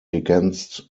against